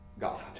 God